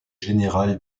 général